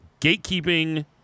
gatekeeping